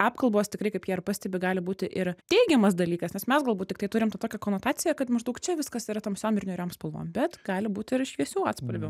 apkalbos tikrai kaip jie ir pastebi gali būti ir teigiamas dalykas nes mes galbūt tiktai turim tą tokią konotaciją kad maždaug čia viskas yra tamsiom ir niūriom spalvom bet gali būt ir šviesių atspalvių